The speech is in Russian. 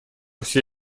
все